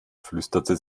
flüsterte